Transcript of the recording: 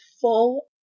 full